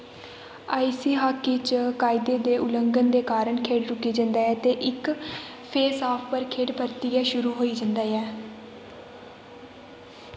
आइसी hockey च कायदें दे उल्लघन दे कारण खेढ रूकी जंदा ऐ ते इक फेसआफ पर खेढ परतियै शुरू होई जंदा ऐ